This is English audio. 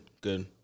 good